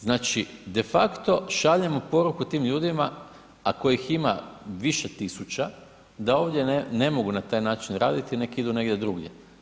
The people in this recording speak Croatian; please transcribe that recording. Znači defacto šaljemo poruku tim ljudima a kojih ima više tisuća da ovdje ne mogu na taj način raditi, neka idu negdje drugdje.